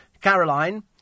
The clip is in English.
Caroline